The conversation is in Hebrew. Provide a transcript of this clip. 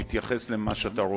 תתייחס למה שאתה רוצה,